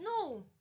no